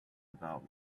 about